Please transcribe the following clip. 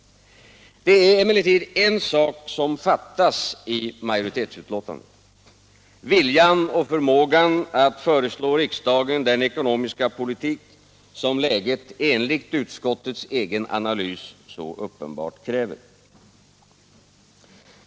Det är emellertid en sak som fattas i majoritetsutlåtandet — viljan och förmågan att föreslå riksdagen den ekonomiska politik som läget, enligt utskottets egen analys, så uppenbart kräver.